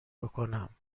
بکنم